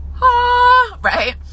right